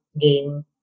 game